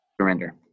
Surrender